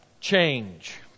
change